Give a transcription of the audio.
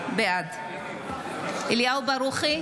בעד אליהו ברוכי,